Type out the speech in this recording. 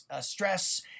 stress